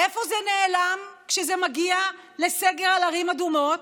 איפה זה נעלם כשזה מגיע לסגר על ערים אדומות?